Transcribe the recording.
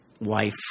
wife